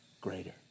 greater